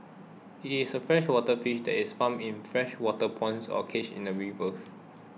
it is a freshwater fish that is farmed in freshwater ponds or cages in rivers